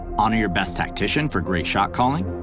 honor you're best tactician for great shotcalling,